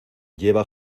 lleva